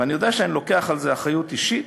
ואני יודע שאני לוקח על זה אחריות אישית,